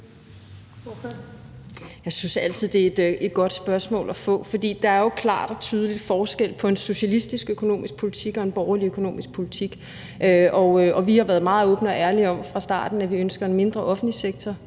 Jeg synes altid, det er et godt spørgsmål at få, for der er jo klart og tydeligt forskel på en socialistisk økonomisk politik og en borgerlig økonomisk politik. Vi har fra start været meget åbne og ærlige om, at vi ønsker en mindre offentlig sektor